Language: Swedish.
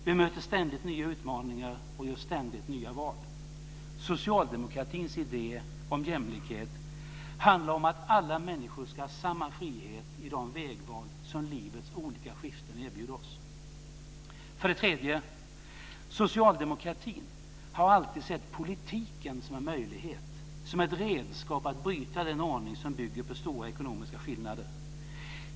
Vi möter ständigt nya utmaningar och gör ständigt nya val. Socialdemokratins idé om jämlikhet handlar om att alla människor ska ha samma frihet i de vägval som livets olika skiften erbjuder oss. För det tredje: Socialdemokratin har alltid sett politiken som en möjlighet, som ett redskap att bryta den ordning som bygger på stora ekonomiska skillnader.